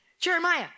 Jeremiah